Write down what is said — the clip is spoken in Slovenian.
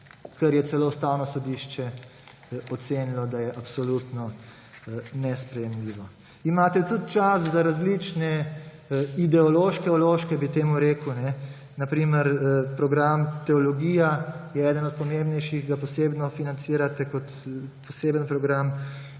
kar je celo Ustavno sodišče ocenilo, da je absolutno nesprejemljivo. Imate tudi čas za različne ideološke vložke, bi temu rekel, na primer, program Teologija je en od pomembnejših, ga posebno financirate kot poseben program.